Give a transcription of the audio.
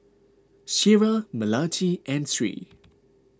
Syirah Melati and Sri